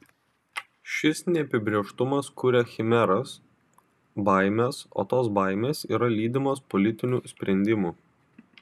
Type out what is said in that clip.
šis neapibrėžtumas kuria chimeras baimes o tos baimės yra lydimos politinių sprendimų